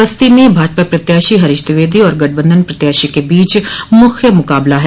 बस्ती में भाजपा प्रत्याशी हरीश द्विवेदी और गठबंधन प्रत्याशी के बीच मुख्य मुकाबला है